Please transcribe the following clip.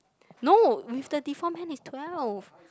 no with the deform hand is twelve